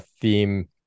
theme